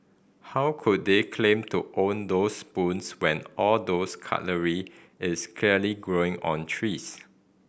how could they claim to own those spoons when all those cutlery is clearly growing on trees